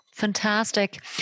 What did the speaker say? Fantastic